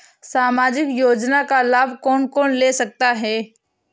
सामाजिक योजना का लाभ कौन कौन ले सकता है?